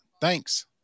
Thanks